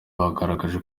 bagaragaje